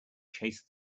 chased